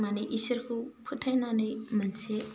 मानि ईश्वोरखौ फोथाइनानै मोनसे